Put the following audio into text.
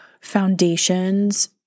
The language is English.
foundations